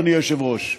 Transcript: אדוני היושב-ראש.